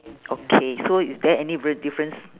okay so is there any real difference